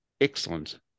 excellent